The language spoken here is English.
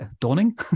Dawning